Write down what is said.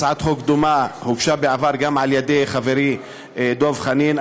הצעת חוק דומה הוגשה בעבר גם על ידי חברי דב חנין,